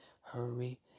hurry